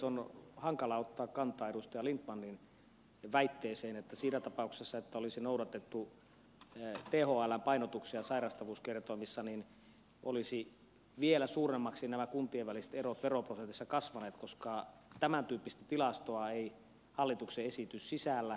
on hankalaa ottaa kantaa edustaja lindtmanin väitteeseen että siinä tapauksessa että olisi noudatettu thln painotuksia sairastavuuskertoimissa olisivat vielä suuremmiksi nämä kuntien väliset erot veroprosentissa kasvaneet koska tämäntyyppistä tilastoa ei hallituksen esitys sisällä